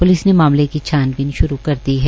police ने मामले की छानवीन शुरू कर दी है